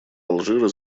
алжира